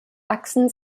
achsen